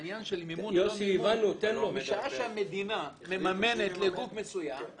העניין של מימון או לא מימון בשעה שהמדינה מממנת לגוף מסוים,